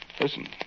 Listen